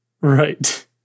Right